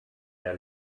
der